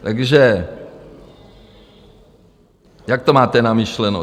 Takže jak to máte namyšleno?